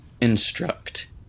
instruct